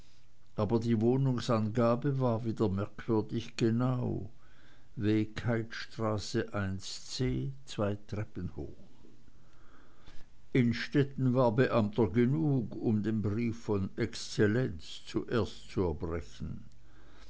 aber die wohnungsangabe war wieder merkwürdig genau w keithstraße i c zwei treppen hoch innstetten war beamter genug um den brief von exzellenz zuerst zu erbrechen